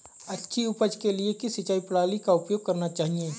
अच्छी उपज के लिए किस सिंचाई प्रणाली का उपयोग करना चाहिए?